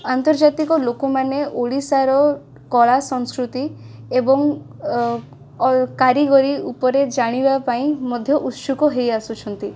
ଆନ୍ତର୍ଜାତିକ ଲୋକମାନେ ଓଡ଼ିଶାର କଳାସଂସ୍କୃତି ଏବଂ କାରିଗରୀ ଉପରେ ଜାଣିବା ପାଇଁ ମଧ୍ୟ ଉତ୍ସୁକ ହେଇ ଆସୁଛନ୍ତି